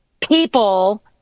people